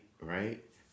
right